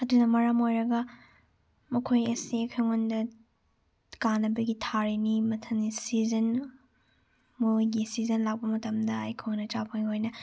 ꯑꯗꯨꯅ ꯃꯔꯝ ꯑꯣꯏꯔꯒ ꯃꯈꯣꯏ ꯑꯁꯤ ꯑꯩꯈꯣꯏꯉꯣꯟꯗ ꯀꯥꯟꯅꯕꯒꯤ ꯊꯥꯔꯤꯅꯤ ꯃꯊꯪꯒꯤ ꯁꯤꯖꯟ ꯃꯣꯏꯒꯤ ꯁꯤꯖꯟ ꯂꯥꯛꯄ ꯃꯇꯝꯗ ꯑꯩꯈꯣꯏꯅ ꯆꯥ ꯐꯪꯂꯣꯏꯅ